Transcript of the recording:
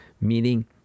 meaning